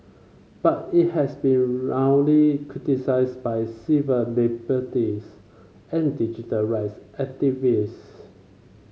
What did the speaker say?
but it has been roundly criticised by civil liberties and digital rights activists